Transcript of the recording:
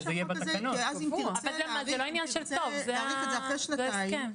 כי אם תרצה להאריך את זה אחרי שנתיים